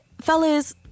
fellas